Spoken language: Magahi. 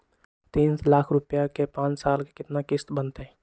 तीन लाख रुपया के पाँच साल के केतना किस्त बनतै?